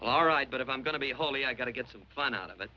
life all right but if i'm going to be holy i got to get some fun out of it